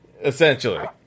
essentially